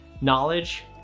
knowledge